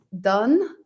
done